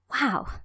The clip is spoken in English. Wow